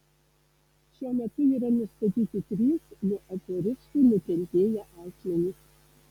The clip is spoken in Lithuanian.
šiuo metu yra nustatyti trys nuo aferistų nukentėję asmenys